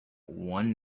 one